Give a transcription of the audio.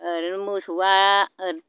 ओरैनो मोसौआ